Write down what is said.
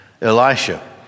Elisha